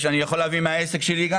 אני יכול להביא דוגמאות מהעסק שלי.